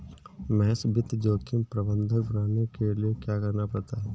महेश वित्त जोखिम प्रबंधक बनने के लिए क्या करना पड़ता है?